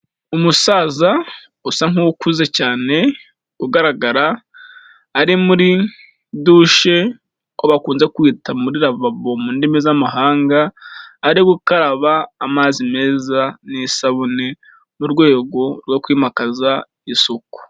Umusaza usa nkukuze cyane, ugaragara ari muri dushe, aho bakunze kwita muri ravabo mu ndimi z'amahanga, ari gukaraba amazi meza n'isabune mu rwego rwo kwimakaza isuku.